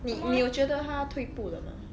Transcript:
你你有觉得他退步了吗